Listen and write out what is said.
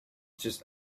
just